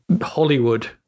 Hollywood